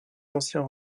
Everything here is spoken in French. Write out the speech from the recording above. ancien